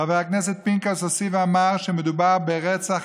חבר הכנסת פנקס הוסיף ואמר שמדובר ברצח